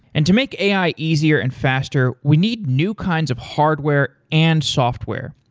and to make ai easier and faster, we need new kinds of hardware and software,